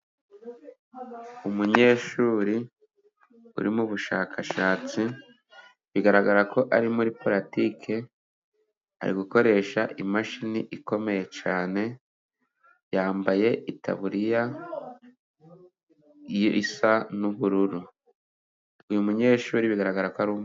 Umunyeshuri uri mu bushakashatsi, bigaragara ko ari muri puratike ari gukoresha imashini ikomeye cyane, yambaye itaburiya ye isa n'ubururu. Uyu munyeshuri bigaragara ko aru......